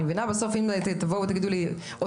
אני מבינה שאם בסוף תגידו לי אוצרי,